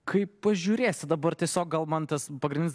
kaip pažiūrėsi dabar tiesiog gal man tas pagrindinis